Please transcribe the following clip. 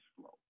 flow